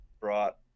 brought